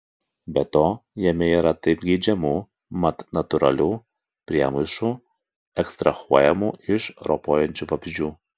be to jame yra taip geidžiamų mat natūralių priemaišų ekstrahuojamų iš ropojančių vabzdžių